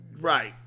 Right